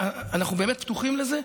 אנחנו באמת פתוחים לזה,